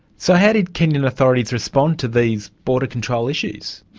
so how did kenyan authorities respond to these border control issues?